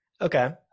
Okay